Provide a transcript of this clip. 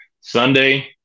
Sunday